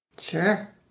Sure